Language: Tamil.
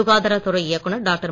சுகாதாரத் துறை இயக்குனர் டாக்டர்